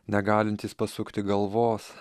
negalintys pasukti galvos